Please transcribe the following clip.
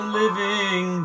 living